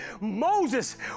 Moses